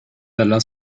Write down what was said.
dalla